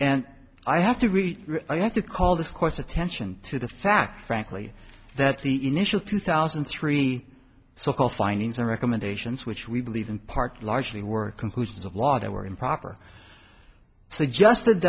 and i have to read i have to call this court's attention to the fact frankly that the initial two thousand and three so called findings and recommendations which we believe in part largely were conclusions of law that were improper suggested